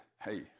hey